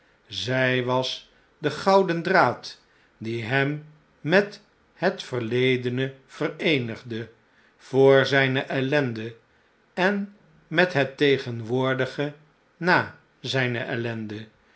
zij was de gouden draad die hem met het verledene vereenigde voor zijne ellende en met het tegenwoordige na zijne ellende